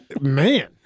Man